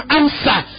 answer